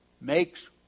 makes